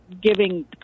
giving